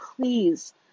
Please